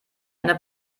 eine